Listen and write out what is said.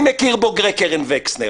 אני מכיר בוגרי קרן וקסנר.